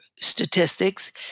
statistics